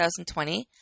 2020